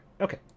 Okay